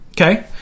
okay